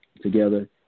together